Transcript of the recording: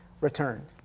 return